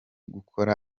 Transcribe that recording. gukora